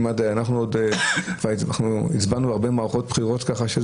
וככה הצבענו בהרבה מערכות בחירות.